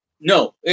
no